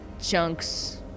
chunks